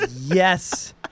Yes